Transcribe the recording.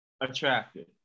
attractive